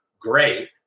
great